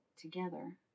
together